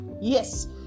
Yes